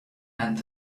meant